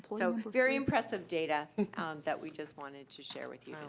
so, very impressive data that we just wanted to share with you